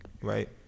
right